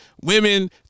women